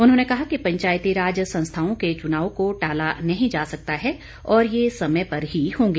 उन्होंने कहा कि पंचायतीराज संस्थाओं के चुनाव को टाला नहीं जा सकता है और यह समय पर ही होंगे